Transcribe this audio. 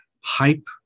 hype